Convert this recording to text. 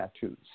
tattoos